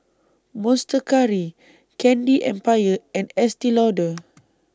Monster Curry Candy Empire and Estee Lauder